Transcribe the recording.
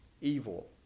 evil